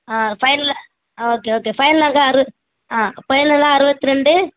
ஆ ஃபைனலாக ஆ okay okay ஃபைனலாங்க அறுபது ஆ ஃபைனலாக அறுவத்திரெண்டு